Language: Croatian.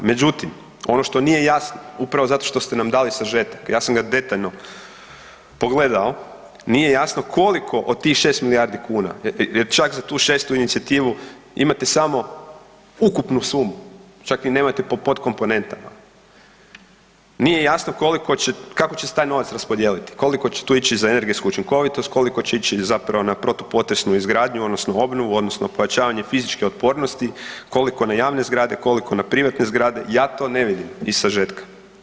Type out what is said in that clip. Međutim, ono što nije jasno, upravo zato što ste nam dali sažetak, ja sam ga detaljno pogledao, nije jasno koliko od tih 6 milijardi kuna jer čak za tu 6. inicijativu imate samo ukupnu sumu, čak ni nemate po potkomponentama, nije jasno kako će se taj novac raspodijeliti, koliko će tu ići za energetsku učinkovitost, koliko će ići zapravo na protupotresnu izgradnju odnosno obnovu odnosno pojačavanje fizičke otpornosti, koliko na javne zgrade, koliko na privatne zgrade, ja to ne vidim iz sažetka.